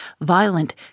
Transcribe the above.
violent